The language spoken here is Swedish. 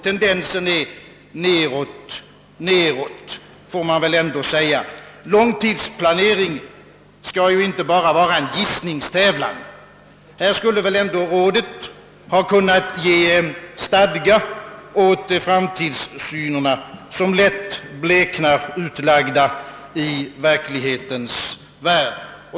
Tendensen går nedåt. Långtidsplanering skall inte bara vara en gissningstävlan. Rådet skulle väl ändå ha kunnat ge stadga åt framtidssynerna, som lätt bleknar utlagda i verklighetens värld.